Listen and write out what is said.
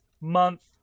month